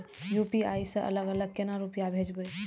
UPI से अलग अलग केना रुपया भेजब